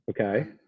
Okay